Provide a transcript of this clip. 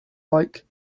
like